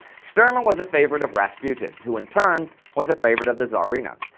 sturmer was a favorite of rasputin, who in turn was a favorite of the tsarina.